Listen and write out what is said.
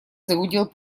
загудел